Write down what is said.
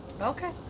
Okay